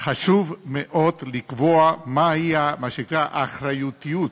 חשוב מאוד לקבוע מה היא מה שנקרא האחריותיות,